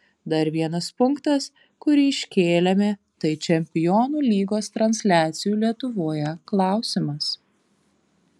dar vienas punktas kurį iškėlėme tai čempionų lygos transliacijų lietuvoje klausimas